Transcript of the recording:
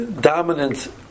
dominant